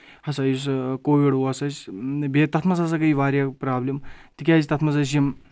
ہسا یُس کووِڈ اوس اَسہِ بیٚیہِ تَتھ منٛز ہسا گٔیے واریاہ پرابلِم تِکیازِ تَتھ منٛز ٲسۍ یِم